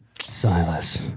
Silas